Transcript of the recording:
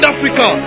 Africa